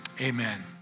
Amen